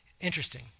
Interesting